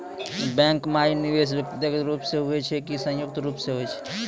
Bank माई निवेश व्यक्तिगत रूप से हुए छै की संयुक्त रूप से होय छै?